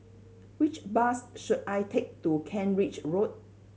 which bus should I take to Kent Ridge Road